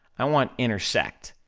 i want intersect,